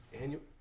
Annual